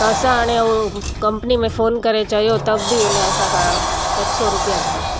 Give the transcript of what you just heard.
त असां हाणे हू कंपनी में फ़ोन करे चयो त बि हुन असां खां सत सौ रूपिया च वरिता